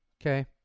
okay